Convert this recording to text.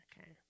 okay